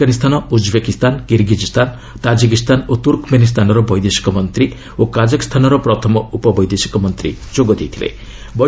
ଏଥିରେ Afghanistan Uzbekistan Kyrgyzstan Tajikistan ଓ ତୁର୍କମେନିସ୍ତାନର ବୈଦେଶିକ ମନ୍ତ୍ରୀ ଓ କାଜଖ୍ଷାନର ପ୍ରଥମ ଉପବୈଦେଶିକ ମନ୍ତ୍ରୀ ଯୋଗ ଦେଇଥିଲେ